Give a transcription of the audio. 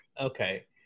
Okay